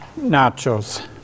nachos